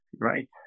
Right